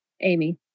Amy